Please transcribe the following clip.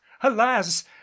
alas